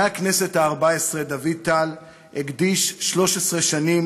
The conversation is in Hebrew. מהכנסת הארבע-עשרה דוד טל הקדיש 13 שנים